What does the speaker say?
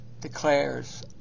declares